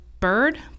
Bird